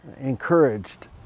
encouraged